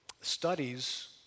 Studies